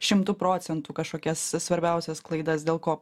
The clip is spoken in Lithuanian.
šimtu procentų kažkokias svarbiausias klaidas dėl ko